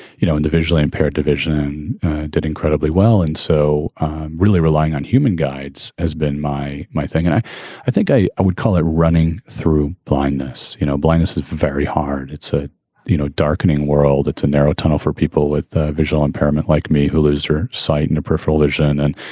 you know, in the visually impaired division did incredibly well. and so really relying on human guides has been my my thing. and i i think i i would call it running through blindness. you know, blindness is very hard. it's a you know darkening world. it's a narrow tunnel for people with visual impairment like me who lose her sight and a peripheral vision and,